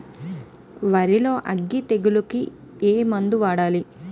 వరిలో అగ్గి తెగులకి ఏ మందు వాడాలి?